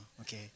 Okay